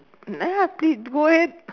ah ya please go ahead